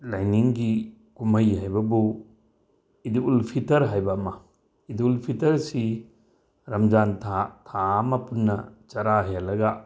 ꯂꯥꯏꯅꯤꯡꯒꯤ ꯀꯨꯝꯍꯩ ꯍꯥꯏꯕꯕꯨ ꯏꯗꯨꯜ ꯐꯤꯇ꯭ꯔ ꯍꯥꯏꯕ ꯑꯃ ꯏꯗꯨꯜ ꯐꯤꯇ꯭ꯔꯁꯤ ꯔꯝꯖꯥꯟ ꯊꯥ ꯊꯥ ꯑꯃ ꯄꯨꯟꯅ ꯆꯔꯥ ꯍꯦꯜꯂꯒ